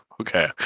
okay